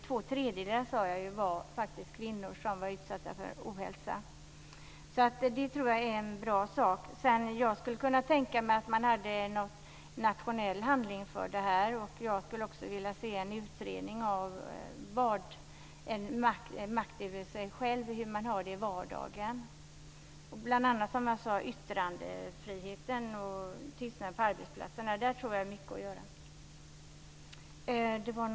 Två tredjedelar av dem som är utsatta för ohälsa är, som sagt, just kvinnor. Det tror jag är en bra sak. Jag skulle också kunna tänka mig att man gör en nationell handling för detta. Jag skulle också vilja se en utredning av hur man har det med makten över sig själv i vardagen. Det gäller bl.a. yttrandefriheten och tystnaden på arbetsplatserna. Där tror jag att det finns mycket att göra.